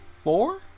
four